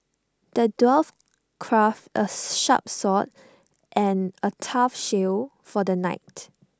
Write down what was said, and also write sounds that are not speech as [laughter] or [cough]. the dwarf crafted A [noise] sharp sword and A tough shield for the knight